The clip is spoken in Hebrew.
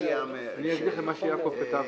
שייכתב,